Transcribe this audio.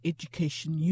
Education